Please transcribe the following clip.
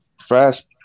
fast